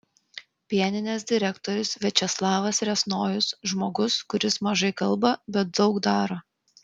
pieninės direktorius viačeslavas riasnojus žmogus kuris mažai kalba bet daug daro